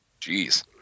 Jeez